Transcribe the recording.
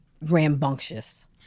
rambunctious